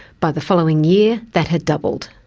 by the following year, that had doubled.